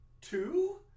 Two